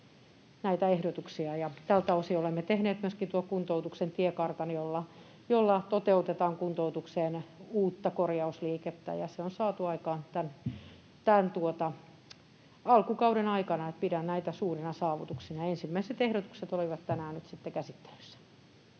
näitä ehdotuksia. Tältä osin olemme tehneet myöskin kuntoutuksen tiekartan, jolla toteutetaan kuntoutukseen uutta korjausliikettä, ja se on saatu aikaan tämän alkukauden aikana. Pidän näitä suurina saavutuksina. Ensimmäiset ehdotukset olivat tänään nyt sitten